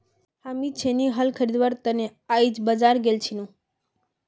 हामी छेनी हल खरीदवार त न आइज बाजार गेल छिनु